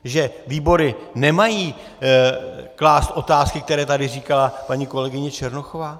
Že výbory nemají klást otázky, které tady říkala paní kolegyně Černochová?